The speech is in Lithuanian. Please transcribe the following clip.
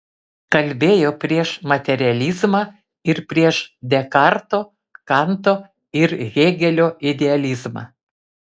kalbėjo prieš materializmą ir prieš dekarto kanto ir hėgelio idealizmą